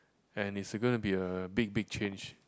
and it's gonna be a big big change